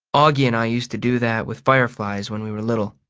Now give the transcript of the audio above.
auggie and i used to do that with fireflies when we were little.